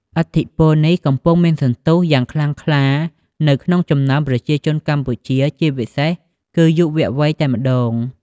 ឥទ្ធិពលនេះកំពុងមានសន្ទុះយ៉ាងខ្លាំងខ្លានៅក្នុងចំណោមប្រជាជនកម្ពុជា ជាពិសេសគឺយុវវ័យតែម្ដង។